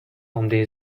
عمده